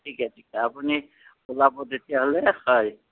ঠিকে ঠিকে আপুনি ওলাব তেতিয়াহ'লে হয়